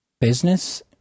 business